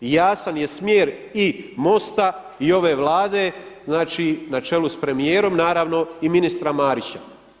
Jasan je smjer i MOST-a i ove Vlade na čelu s premijerom naravno i ministra Marića.